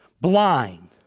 Blind